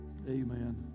Amen